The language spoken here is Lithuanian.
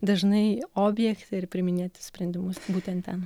dažnai objekte ir priiminėti sprendimus būtent ten